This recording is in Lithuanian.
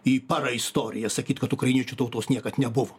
į paraistoriją sakyt kad ukrainiečių tautos niekad nebuvo